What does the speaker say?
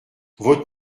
votre